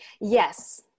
Yes